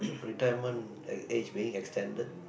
retirement at age being extended